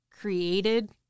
created